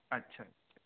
اچھا